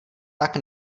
tak